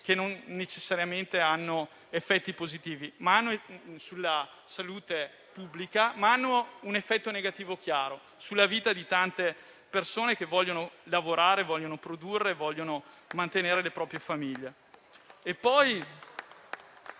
che non necessariamente hanno effetti positivi sulla salute pubblica, ma che hanno un effetto negativo chiaro sulla vita di tante persone che vogliono lavorare, produrre e mantenere le proprie famiglie.